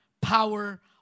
power